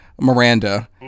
Miranda